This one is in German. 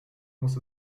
muss